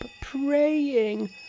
praying